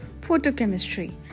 photochemistry